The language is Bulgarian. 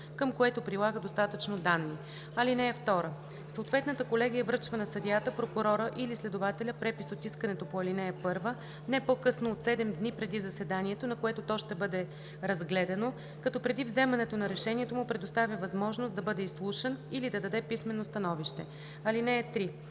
към което прилага достатъчно данни. (2) Съответната колегия връчва на съдията, прокурора или следователя препис от искането по ал. 1 не по-късно от 7 дни преди заседанието, на което то ще бъде разгледано, като преди вземането на решение му предоставя възможност да бъде изслушан или да даде писмено становище. (3)